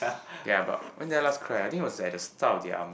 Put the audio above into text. ya but when did I last cry ah I think it was at the start of the army